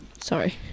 Sorry